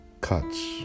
cuts